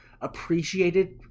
appreciated